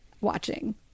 watching